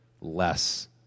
less